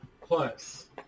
plus